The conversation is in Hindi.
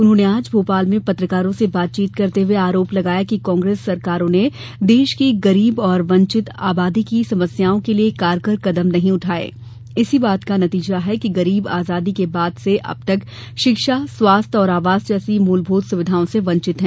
उन्होंने आज भोपाल में पत्रकारों से बातचीत करते हुए आरोप लगाया कि कांग्रेस सरकारों ने देश की गरीब और वंचित आबादी की समस्याओं के लिये कारगर कदम नहीं उठाये इसी का नतीजा है कि गरीब आजादी के बाद से अब तक शिक्षा स्वास्थ्य और आवास जैसी मूलभूत सुविधाओं से वंचित हैं